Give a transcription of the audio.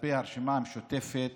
כלפי הרשימה המשותפת